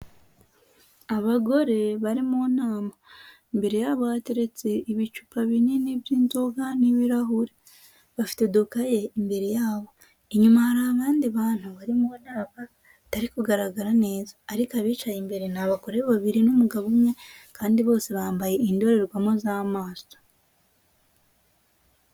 Abagore bari mu nama, imbere yabo hateretse ibicupa binini by'inzoga n'ibirahure bafite dogaye imbere yabo. Inyuma hari abandi bantu bari mu nama batari kugaragara neza, ariko abicaye imbere ni abagore babiri n'umugabo umwe. Kandi bose bambaye indorerwamo z'amaso.